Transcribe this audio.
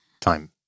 time